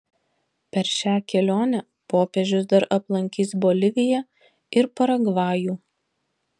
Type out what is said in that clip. per šią kelionę popiežius dar aplankys boliviją ir paragvajų